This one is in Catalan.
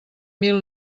mil